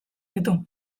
ditu